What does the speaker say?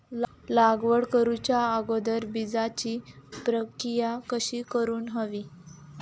लागवड करूच्या अगोदर बिजाची प्रकिया कशी करून हवी?